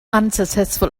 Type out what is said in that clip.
unsuccessful